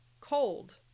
cold